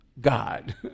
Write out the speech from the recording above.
God